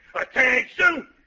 Attention